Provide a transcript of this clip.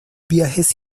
viajes